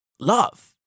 love